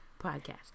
podcast